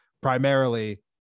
primarily